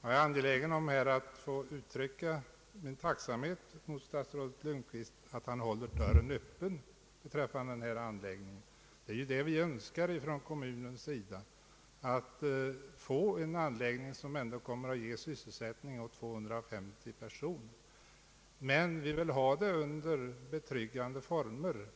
Jag är angelägen om att få uttrycka min tacksamhet mot statsrådet Lundkvist för att han håller dörren öppen beträffande denna anläggning. Det är detta vi önskar från kommunens sida. Vi vill få en anläggning som kommer att ge sysselsättning åt 250 personer, men vi vill att anläggningen skall uppföras under betryggande former.